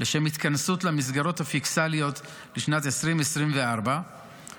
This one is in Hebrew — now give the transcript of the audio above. לשם התכנסות למסגרות הפיסקליות לשנת 2024 ואילך,